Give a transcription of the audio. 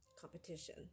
competition